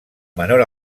menor